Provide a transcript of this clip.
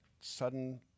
sudden